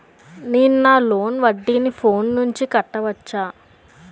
నేను నా లోన్ వడ్డీని ఫోన్ నుంచి కట్టవచ్చా?